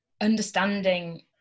understanding